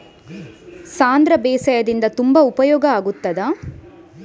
ಸಾಂಧ್ರ ಬೇಸಾಯದಿಂದ ತುಂಬಾ ಉಪಯೋಗ ಆಗುತ್ತದಾ?